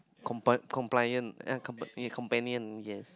compi~ complaint ah companion yes